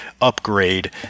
upgrade